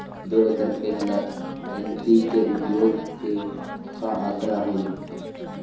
दो एकर खेत ला एन.पी.के उपयोग के का आंकड़ा होई?